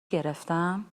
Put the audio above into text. گرفتم